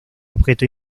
objeto